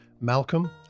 malcolm